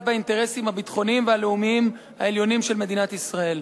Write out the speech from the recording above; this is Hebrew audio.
באינטרסים הביטחוניים והלאומיים העליונים של מדינת ישראל.